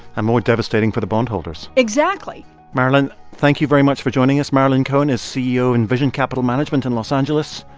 and more devastating for the bondholders exactly marilyn, thank you very much for joining us. marilyn cohen is ceo of envision capital management in los angeles.